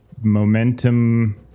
momentum